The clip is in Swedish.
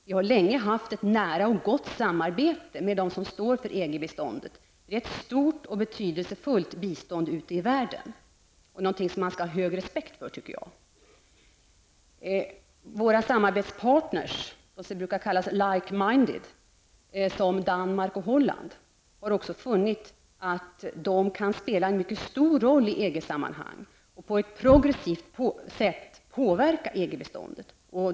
Vi har länge haft ett nära och gott samarbete med dem som står för EG-biståndet. Detta är ett stort och betydelsefullt bistånd ute i världen och någonting som man skall ha stor respekt för, tycker jag. Några samarbetspartners -- de som brukar kallas like minded -- som Danmark och Holland har också funnit att de kan spela en mycket stor roll i EG sammanhang och på ett progressivt sätt påverka EG-biståndet.